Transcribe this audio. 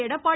Edappadi